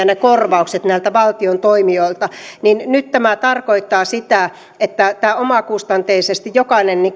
ne korvaukset näiltä valtion toimijoilta ovat olleet riittämättömiä niin nyt tämä tarkoittaa sitä että omakustanteisesti jokainen